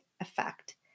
effect